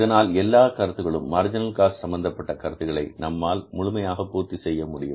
இதனால் எல்லா கருத்துக்கள் மார்ஜினல் காஸ்டிங் சம்பந்தப்பட்ட கருத்துக்களை நம்மால் முழுமையாக பூர்த்தி செய்ய முடியும்